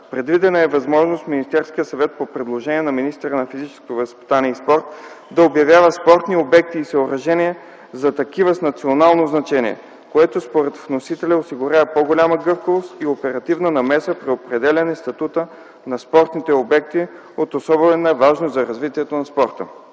Предвидена е възможност Министерският съвет по предложение на министъра на физическото възпитание и спорта, да обявява спортни обекти и съоръжения за такива с национално значение, което според вносителя осигурява по-голяма гъвкавост и оперативна намеса при определяне статута на спортните обекти от особена важност за развитието на спорта.